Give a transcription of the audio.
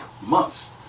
months